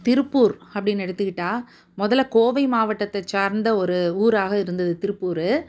திருப்பூர் அப்படின்னு எடுத்துக்கிட்டால் முதல்ல கோவை மாவட்டத்தைச் சார்ந்த ஒரு ஊராக இருந்தது திருப்பூர்